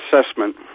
assessment